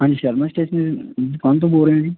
ਹਾਂਜੀ ਸ਼ਰਮਾ ਸਟੇਸ਼ਨਰੀ ਦੁਕਾਨ ਤੋਂ ਬੋਲ ਰਹੇ ਜੀ